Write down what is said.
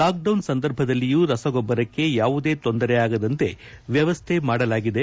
lockdown ಸಂದರ್ಭದಲ್ಲಿಯೂ ರಸಗೊಬ್ಬರಕ್ಕೆ ಯಾವುದೇ ತೊಂದರೆ ಆಗದಂತೆ ವ್ಯವಸ್ಠೆ ಮಾಡಲಾಗಿದೆ